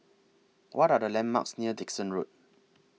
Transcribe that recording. What Are The landmarks near Dickson Road